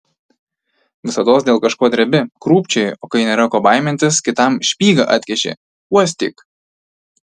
visados dėl kažko drebi krūpčioji o kai nėra ko baimintis kitam špygą atkiši uostyk